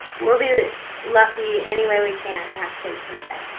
we'll be lucky any way we can to have kids someday.